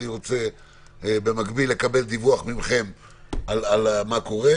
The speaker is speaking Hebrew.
אני רוצה במקביל לקבל דיווח מכם מה קורה.